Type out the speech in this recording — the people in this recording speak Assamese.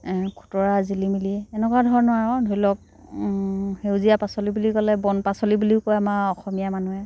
খুতৰা জিলিমিলি এনেকুৱা ধৰণৰ আৰু ধৰি লওক সেউজীয়া পাচলি বুলি ক'লে বন পাচলি বুলিও কয় আমাৰ অসমীয়া মানুহে